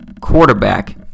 quarterback